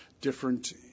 different